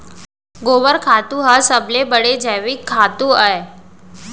गोबर खातू ह सबले बड़े जैविक खातू अय